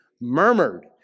murmured